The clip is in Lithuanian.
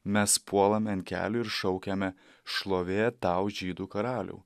mes puolame ant kelių ir šaukiame šlovė tau žydų karaliau